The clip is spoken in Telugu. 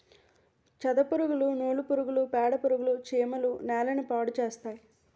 సెదపురుగులు నూలు పురుగులు పేడపురుగులు చీమలు నేలని పాడుచేస్తాయి